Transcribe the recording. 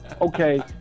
okay